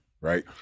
right